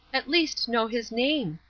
at least know his name.